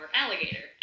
alligator